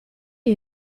hai